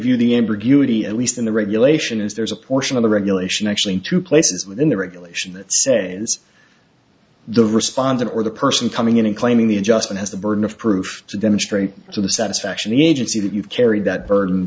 the ambiguity at least in the regulation is there's a portion of the regulation actually in two places within the regulation that say the respondent or the person coming in and claiming the adjustment has the burden of proof to demonstrate to the satisfaction agency that you carry that burden